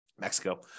Mexico